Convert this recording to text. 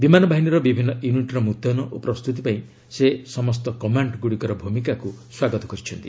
ବିମାନ ବାହିନୀର ବିଭିନ୍ନ ୟୁନିଟ୍ର ମୁତୟନ ଓ ପ୍ରସ୍ତୁତି ପାଇଁ ସେ ସମସ୍ତ କମାଣ୍ଡ ଗୁଡ଼ିକର ଭୂମିକାକୁ ସ୍ୱାଗତ କରିଛନ୍ତି